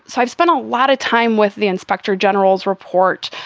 so i've spent a lot of time with the inspector general's report,